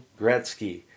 Gretzky